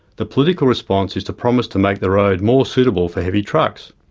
the political response is to promise to make the road more suitable for heavy trucks.